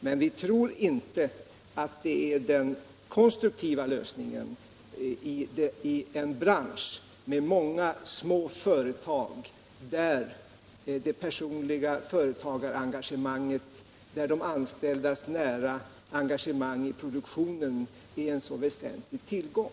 Men vi tror inte att det — Åtgärder för textilär den konstruktiva lösningen i en bransch med många småföretag, där — och konfektionsdet personliga engagemanget i produktionen är en så väsentlig tillgång.